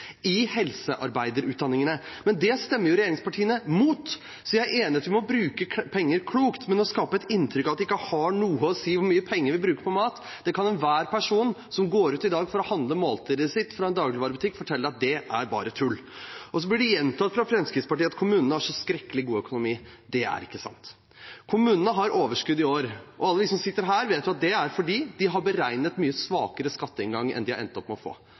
Men det stemmer jo regjeringspartiene mot. Så jeg er enig i at vi må bruke penger klokt, men å skape et inntrykk av at det ikke har noe å si hvor mye penger vi bruker på mat – det kan enhver person som går ut i dag for å handle til måltidet sitt fra en dagligvarebutikk, fortelle at er bare tull. Så blir det gjentatt fra Fremskrittspartiet at kommunene har så skrekkelig god økonomi. Det er ikke sant. Kommunene har overskudd i år. Alle de som sitter her, vet at det er fordi de har beregnet mye svakere skatteinngang enn de har endt opp med å få.